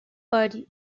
body